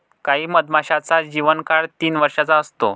काही मधमाशांचा जीवन काळ तीन वर्षाचा असतो